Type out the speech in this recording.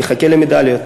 נחכה למדליה.